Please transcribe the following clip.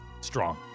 Strong